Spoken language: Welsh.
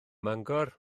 mangor